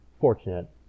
Fortunate